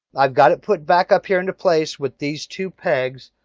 i've got it put back up here into place with these two pegs.